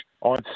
on